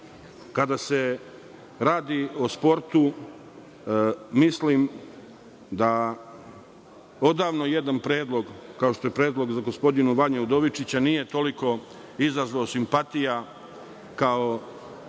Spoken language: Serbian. se radi o sportu, mislim da odavno jedan predlog, kao što je predlog za gospodina Vanju Udovičića, nije izazvao toliko simpatija, kao